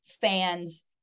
fans